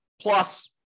plus